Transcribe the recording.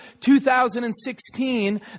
2016